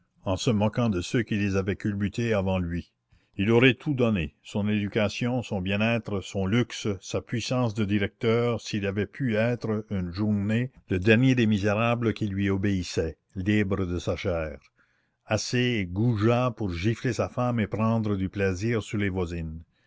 en se moquant de ceux qui les avaient culbutées avant lui il aurait tout donné son éducation son bien-être son luxe sa puissance de directeur s'il avait pu être une journée le dernier des misérables qui lui obéissaient libre de sa chair assez goujat pour gifler sa femme et prendre du plaisir sur les voisines